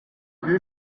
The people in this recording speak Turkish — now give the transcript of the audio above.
gün